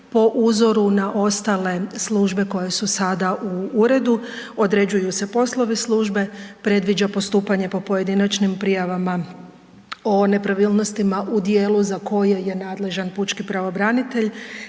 po uzoru na ostale službe koje su sada u uredu, određuju se poslovi službe, previđa postupanje po pojedinačnim prijavama o nepravilnostima u djelu za koje je nadležan pučki pravobranitelj,